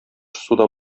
суда